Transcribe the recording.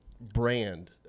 brand